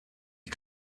you